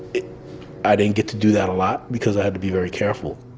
i didn't get to do that a lot because i had to be very careful